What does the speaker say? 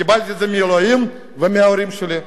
קיבלתי את זה מאלוהים ומההורים שלי.